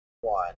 one